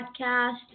podcast